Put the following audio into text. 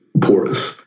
porous